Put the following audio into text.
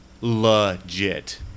legit